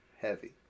heavy